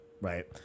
Right